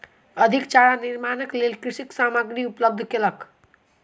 अधिक चारा निर्माणक लेल कृषक सामग्री उपलब्ध करौलक